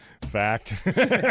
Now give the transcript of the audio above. Fact